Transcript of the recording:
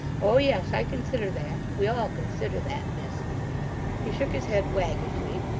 oh yes, i consider that. we all consider that, miss he shook his head waggishly,